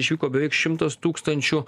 išvyko beveik šimtas tūkstančių